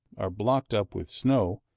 are blocked up with snow,